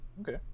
okay